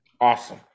Awesome